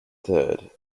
third